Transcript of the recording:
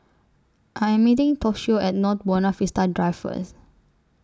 I Am meeting Toshio At North Buona Vista Drive First